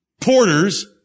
porters